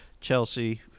Chelsea